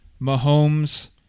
Mahomes